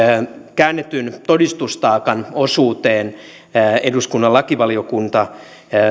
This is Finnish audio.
käännetyn todistustaakan osuuteen eduskunnan lakivaliokunta